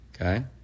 okay